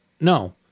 no